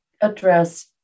address